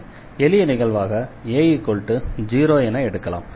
எளிய நிகழ்வாக a0 என எடுக்கலாம்